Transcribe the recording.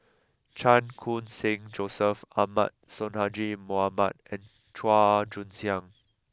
Chan Khun Sing Joseph Ahmad Sonhadji Mohamad and Chua Joon Siang